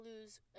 lose